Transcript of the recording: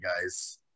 guys